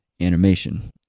animation